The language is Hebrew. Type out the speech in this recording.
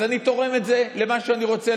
אז אני תורם את זה למה שאני רוצה.